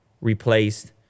replaced